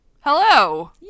Hello